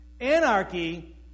Anarchy